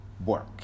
work